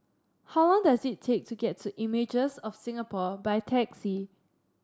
how long does it take to get to Images of Singapore by taxi